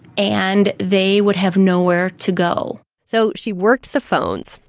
and they would have nowhere to go. so she worked the phones,